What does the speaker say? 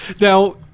Now